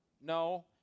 No